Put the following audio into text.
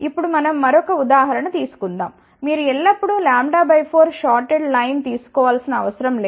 ఇప్పుడు మనం మరొక ఉదాహరణ తీసుకుందాం మీరు ఎల్లప్పుడూ λ 4 షార్ట్డ్ లైన్ తీసుకోవలసిన అవసరం లేదు